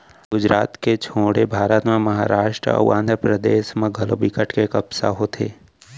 गुजरात के छोड़े भारत म महारास्ट अउ आंध्रपरदेस म घलौ बिकट के कपसा होथे